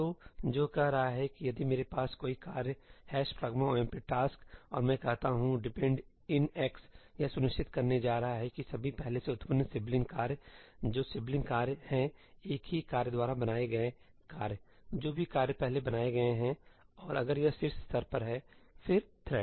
तो जो कह रहा है कि यदि मेरे पास कोई कार्य है' pragma omp task' और मैं कहता हूं dependin x यह सुनिश्चित करने जा रहा है कि सभी पहले से उत्पन्न सिबलिंग कार्य जो सिबलिंग कार्य हैं एक ही कार्य द्वारा बनाए गए कार्य जो भी कार्य पहले बनाए गए हैंऔर अगर यह शीर्ष स्तर पर है फिर थ्रेड